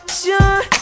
sure